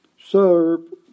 serve